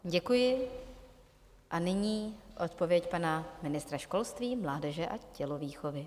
Děkuji a nyní odpověď pana ministra školství, mládeže a tělovýchovy.